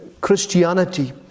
Christianity